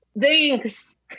thanks